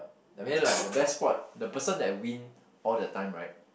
I mean like that best spot the person that win all the time right